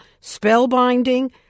spellbinding